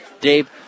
Dave